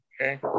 okay